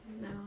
No